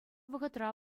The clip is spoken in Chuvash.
вӑхӑтра